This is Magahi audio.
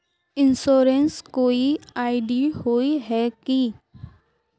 इंश्योरेंस कोई आई.डी होय है की?